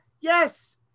Yes